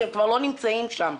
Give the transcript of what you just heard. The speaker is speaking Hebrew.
כי הם כבר לא נמצאים שם.